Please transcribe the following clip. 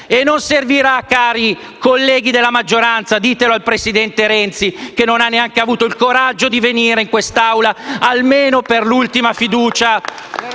e non basterà, cari colleghi della maggioranza (ditelo al presidente Renzi, che neanche ha avuto il coraggio di venire in quest'Aula almeno per l'ultima fiducia),